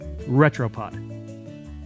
Retropod